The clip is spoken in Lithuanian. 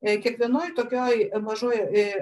e kiekvienoje tokioje mažoje ė